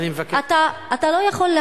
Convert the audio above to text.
אתה לא יכול,